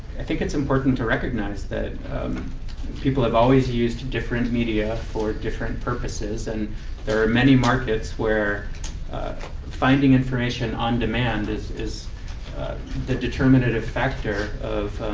i think it's important to recognize that people have always used different media for different purposes. and there are many markets where finding information on demand is is the determinative factor of